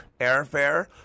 airfare